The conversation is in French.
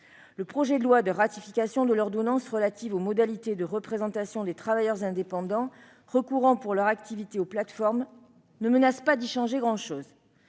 Le projet de loi de ratification de l'ordonnance relative aux modalités de représentation des travailleurs indépendants recourant pour leur activité aux plateformes ne menace pas d'y changer grand-chose.